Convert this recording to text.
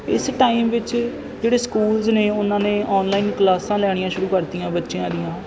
ਇਸ ਟਾਈਮ ਵਿੱਚ ਜਿਹੜੇ ਸਕੂਲਜ਼ ਨੇ ਉਹਨਾਂ ਨੇ ਆਨਲਾਈਨ ਕਲਾਸਾਂ ਲੈਣੀਆਂ ਸ਼ੁਰੂ ਕਰਤੀਆਂ ਬੱਚਿਆਂ ਦੀਆਂ